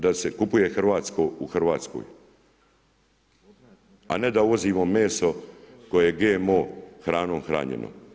Da se kupuje hrvatsko u Hrvatskoj, a ne da uvozimo meso koje je GMO hranom hranjeno.